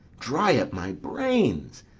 dry up my brains!